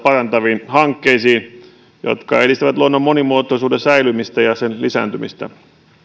parantaviin hankkeisiin jotka edistävät luonnon monimuotoisuuden säilymistä ja sen lisääntymistä